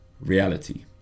reality